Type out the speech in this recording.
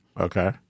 Okay